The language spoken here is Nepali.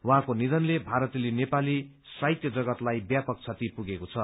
उहाँको निधनले भारतेली नेपाली साहित्य जगलाई व्यापक क्षति पुगेको छ